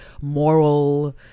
moral